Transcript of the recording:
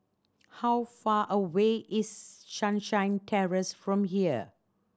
how far away is Sunshine Terrace from here